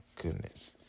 goodness